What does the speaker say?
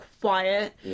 quiet